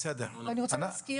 אני רוצה להזכיר